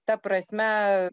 ta prasme